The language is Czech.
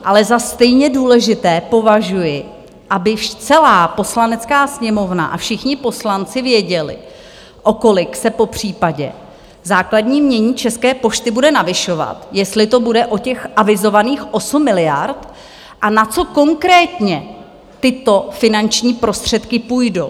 Ale za stejně důležité považuji, aby již celá Poslanecká sněmovna a všichni poslanci věděli, o kolik se popřípadě základní jmění České pošty bude navyšovat, jestli to bude o těch avizovaných 8 miliard a na co konkrétně tyto finanční prostředky půjdou.